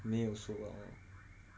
没有什么:mei you liao lah